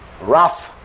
rough